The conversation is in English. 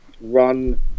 run